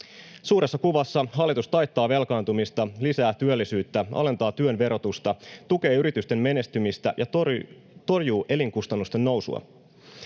Suuressa kuvassa hallitus taittaa velkaantumista, lisää työllisyyttä, alentaa työn verotusta, tukee yritysten menestymistä ja torjuu elinkustannusten nousua.